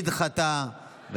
נדחתה.